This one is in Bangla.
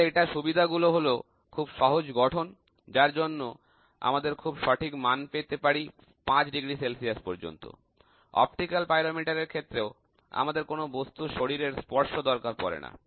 তাহলে এটার সুবিধা গুলো হল খুব সহজ গঠন যার জন্য আমরা 5 ডিগ্রি সেলসিয়াস পর্যন্ত সঠিক মান পেতে পারি অপটিক্যাল পাইরোমিটার এর ক্ষেত্রেও আমাদের কোন বস্তু কে স্পর্শ করার প্রয়োজন হয় না